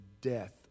death